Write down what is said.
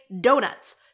Donuts